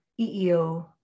EEO